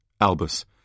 Albus